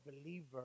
believer